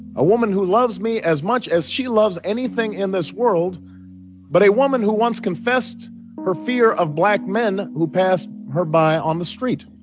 a woman who loves me as much as she loves anything in this world but a woman who once confessed her fear of black men who passed her by on the street